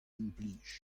implij